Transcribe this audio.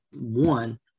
one